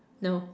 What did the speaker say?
no